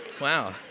Wow